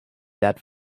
that